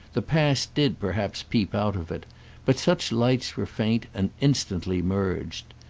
the past did perhaps peep out of it but such lights were faint and instantly merged.